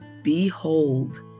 Behold